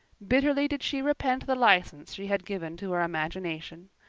bitterly did she repent the license she had given to her imagination.